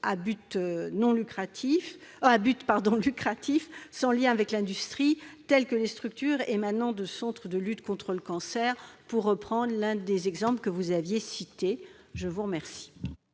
à but lucratif sans lien avec l'industrie, tels que les structures émanant de centres de lutte contre le cancer, pour reprendre l'un des exemples que vous aviez cités. Le sous-amendement